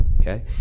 okay